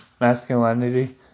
masculinity